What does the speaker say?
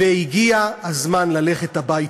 והגיע הזמן ללכת הביתה.